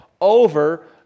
over